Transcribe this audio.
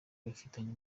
bafitanye